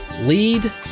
lead